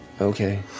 Okay